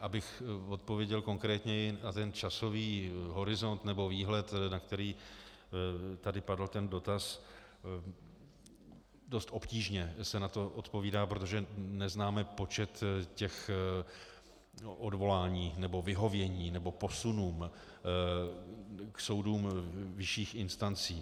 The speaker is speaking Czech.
abych odpověděl konkrétněji na časový horizont nebo výhled, na který tady padl ten dotaz dost obtížně se na to odpovídá, protože neznáme počet odvolání nebo vyhovění nebo posunům k soudům vyšších instancí.